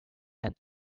and